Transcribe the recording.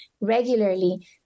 regularly